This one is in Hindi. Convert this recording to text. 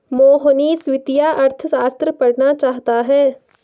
मोहनीश वित्तीय अर्थशास्त्र पढ़ना चाहता है